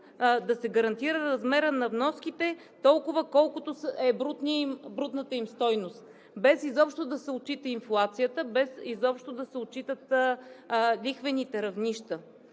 да се гарантира размерът на вноските – толкова, колкото е брутната им стойност, без изобщо да се отчита инфлацията, без изобщо да се отчитат лихвените равнища.